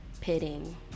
pitting